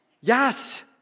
Yes